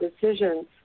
decisions